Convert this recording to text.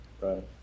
Right